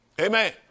Amen